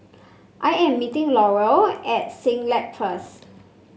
I am meeting Laurel at Siglap first